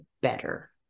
better